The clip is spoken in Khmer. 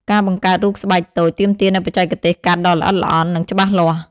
ការបង្កើតរូបស្បែកតូច ទាមទារនូវបច្ចេកទេសកាត់ដ៏ល្អិតល្អន់ និងច្បាស់លាស់។